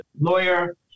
lawyer